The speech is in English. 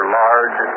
large